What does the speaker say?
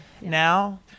Now